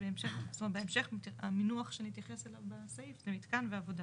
בהמשך המינוח שנתייחס אליו בסעיף זה מתקן ועבודה.